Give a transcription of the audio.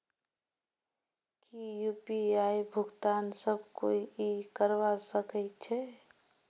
की यु.पी.आई भुगतान सब कोई ई करवा सकछै?